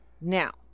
now